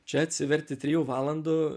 čia atsiverti trijų valandų